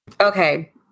Okay